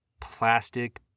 plastic